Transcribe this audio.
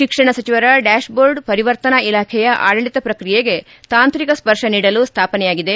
ಶಿಕ್ಷಣ ಸಚಿವರ dashboard ಪರಿವರ್ತನಾ ಇಲಾಖೆಯ ಆಡಳತ ಪ್ರಕ್ರಿಯೆಗೆ ತಾಂತ್ರಿಕ ಸ್ವರ್ಶ ನೀಡಲು ಸ್ವಾಪನೆಯಾಗಿದೆ